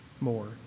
more